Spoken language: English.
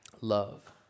love